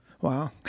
wow